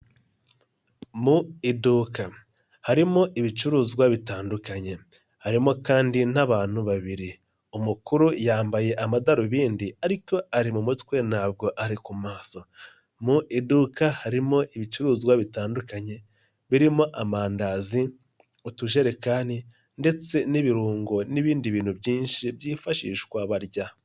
Mu iduka harimo ibicuruzwa bitandukanye, harimo kandi n'abantu babiri umukuru yambaye amadarubindi ariko ari mu mutwe ntabwo ari ku maso, mu iduka harimo ibicuruzwa bitandukanye birimo amandazi, utujerekani ndetse n'ibirungo n'ibindi bintu byinshi byifashishwa barya.